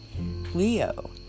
Leo